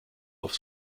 auf